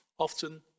often